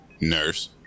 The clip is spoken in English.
Nurse